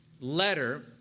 letter